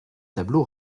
tableaux